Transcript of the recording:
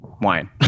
wine